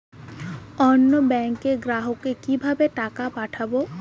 অন্য ব্যাংকের গ্রাহককে কিভাবে টাকা পাঠাবো?